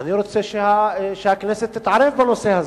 אני רוצה שהכנסת תתערב בנושא הזה.